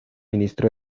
ministro